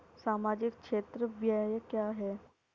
सामाजिक क्षेत्र व्यय क्या है?